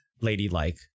ladylike